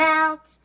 out